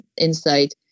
insight